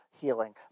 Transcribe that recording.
healing